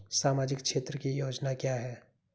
सामाजिक क्षेत्र की योजना क्या है?